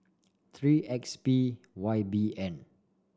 three X P Y B N